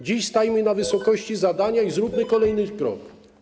Dziś stańmy na wysokości zadania i zróbmy kolejny krok.